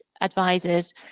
advisors